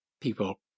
people